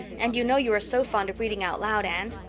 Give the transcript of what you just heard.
and you know you are so fond of reading out loud, anne.